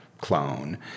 Clone